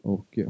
Och